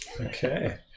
Okay